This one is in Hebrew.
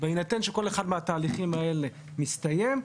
בהינתן שכל אחד מהתהליכים האלה יסתיים,